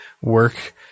work